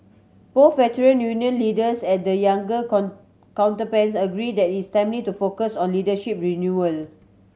both Veteran Union leaders and the younger counterparts agree that is timely to focus on leadership renewal